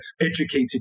educated